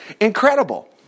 incredible